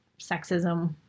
sexism